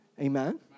amen